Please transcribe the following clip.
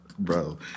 Bro